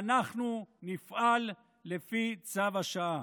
ואנחנו נפעל לפי צו השעה.